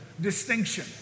distinction